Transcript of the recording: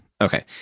Okay